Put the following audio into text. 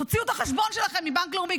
תוציאו את החשבון שלכם מבנק לאומי.